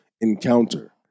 encounter